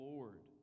Lord